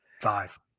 five